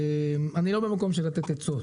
אני לא במקום של לתת עצות.